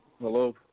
Hello